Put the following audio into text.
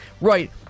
Right